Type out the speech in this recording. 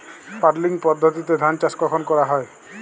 Puddling পদ্ধতিতে ধান চাষ কখন করা হয়?